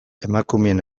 emakumeen